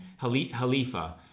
halifa